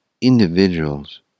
individuals